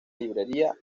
librería